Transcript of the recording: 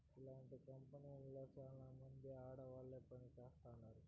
ఇలాంటి కంపెనీలో చాలామంది ఆడవాళ్లు పని చేత్తారు